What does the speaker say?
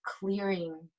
clearing